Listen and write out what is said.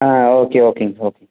ஆ okay ஓகேங்க okay